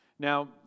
Now